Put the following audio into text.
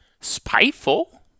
spiteful